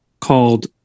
called